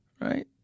right